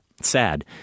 sad